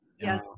Yes